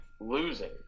losing